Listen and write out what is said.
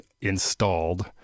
installed